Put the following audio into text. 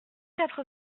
quatre